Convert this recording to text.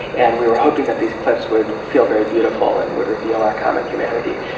and we were hoping that these clips would feel very beautiful and would reveal our common humanity.